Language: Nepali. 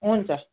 हुन्छ